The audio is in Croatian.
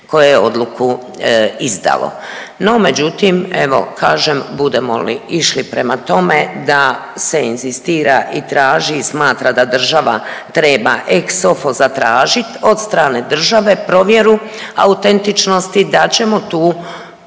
koje je odluku izdalo. No međutim evo kažem budemo li išli prema tome da se inzistira i traži i smatra da država treba ex sofo zatražit od strane države provjeru autentičnosti da ćemo tu